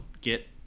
get